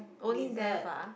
only death ah